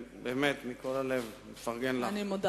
באמת, מכל הלב אני מפרגן לך.